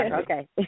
Okay